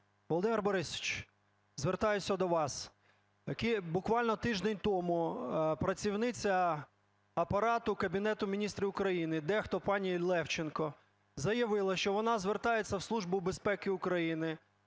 Володимире Борисовичу, звертаюся до вас. Буквально тиждень тому працівниця Апарату Кабінету Міністрів України, дехто пані Левченко, заявила, що вона звертається у Службу безпеки України